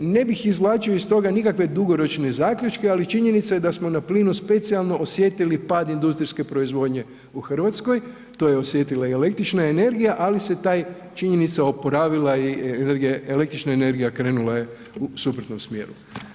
Ne bih izvlačio iz toga nikakve dugoročne zaključke, ali činjenica je da smo na plinu specijalno osjetili pad industrijske proizvodnje u RH, to je osjetila i električna energija, ali se taj činjenica oporavila i električna energija krenula je u suprotnom smjeru.